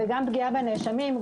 זו גם פגיעה בנאשמים,